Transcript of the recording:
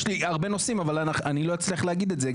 יש לי הרבה נושאים, אני לא אצליח להגיד את זה.